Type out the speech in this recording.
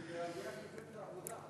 זו הפינה של מפלגת העבודה.